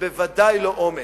ובוודאי לא אומץ.